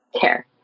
care